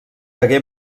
hagué